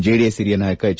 JDS ಹಿರಿಯ ನಾಯಕ H